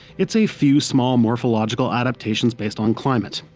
it's a few small morphological adaptations based on climate.